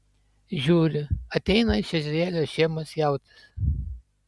žiūri ateina iš ežerėlio šėmas jautis